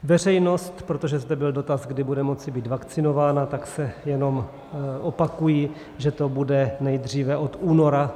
Veřejnost, protože zde byl dotaz, kdy bude moci být vakcinována, tak se jenom opakuji, že to bude nejdříve od února.